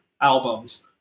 albums